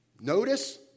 Notice